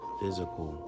physical